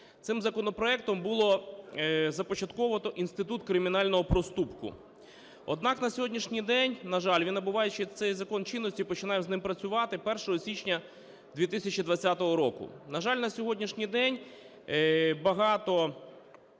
Цим законопроект було започатковано інститут кримінального проступку. Однак на сьогоднішній день, на жаль, він набуває цей закон чинності, починаю з ним працювати, 1 січня 2020 року. На жаль, на сьогоднішній день багато